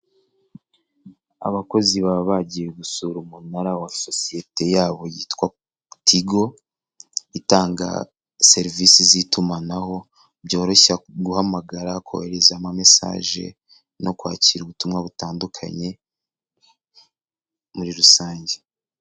Abakozi baba bagiye gusura umunara wa sosiyete yabo yitwa Tigo itanga serivisi z'itumanaho byoroshye guhamagara, kohereza ama mesaje no kwakira ubutumwa butandukanye muri rusange.